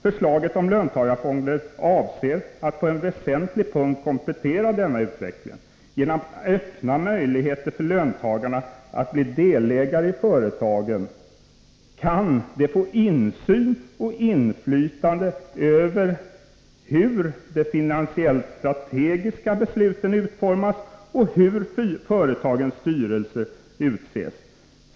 Förslaget om löntagarfonder avser att på en väsentlig punkt komplettera denna utveckling. Genom att öppna möjligheter för löntagarna att bli delägare i företagen kan de få insyn och inflytande över hur de finansiellt strategiska besluten utformas och hur företagens styrelser utses.